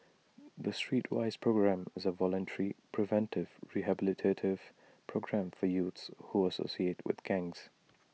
the Streetwise programme is A voluntary preventive rehabilitative programme for youths who associate with gangs